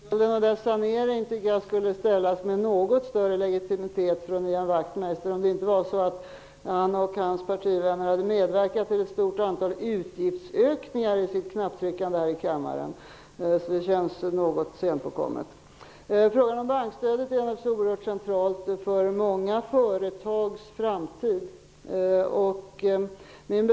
Herr talman! Frågan om statsskulden och dess sanering tycker jag kunde ställas med något större legitimitet från Ian Wachmeister om det inte vore så att han och hans partivänner hade medverkat till ett stort antal utgiftsökningar vid sitt knapptryckande här i kammaren. Det känns något sent påkommet. Frågan om bankstödet är naturligtvis oerhört centralt för många företags framtid.